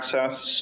access